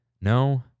no